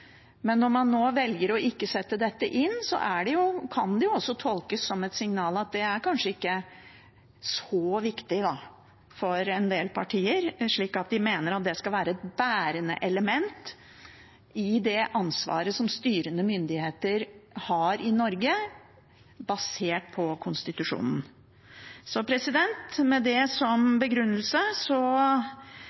Men når man nå velger ikke å ta dette inn, kan det også tolkes som et signal om at det kanskje ikke er så viktig for en del partier, slik at de mener at det skal være et bærende element i det ansvaret som styrende myndigheter har i Norge basert på konstitusjonen. Med dette som begrunnelse